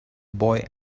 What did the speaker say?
boy